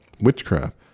Witchcraft